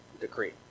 decree